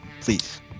please